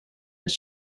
its